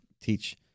teach